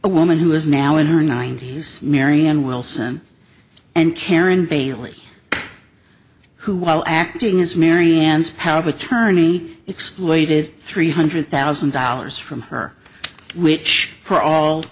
a woman who is now in her ninety's marion wilson and karen bailey who while acting as marianne's power of attorney exploited three hundred thousand dollars from her which were all